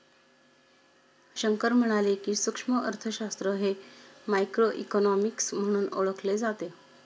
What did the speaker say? शंकर म्हणाले की, सूक्ष्म अर्थशास्त्र हे मायक्रोइकॉनॉमिक्स म्हणूनही ओळखले जाते